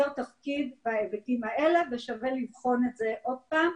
תפקיד בהיבטים האלה ושווה לבחון את זה עוד פעם.